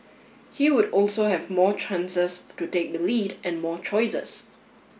he would also have more chances to take the lead and more choices